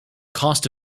cost